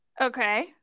okay